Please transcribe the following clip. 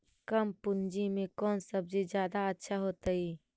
कम पूंजी में कौन सब्ज़ी जादा अच्छा होतई?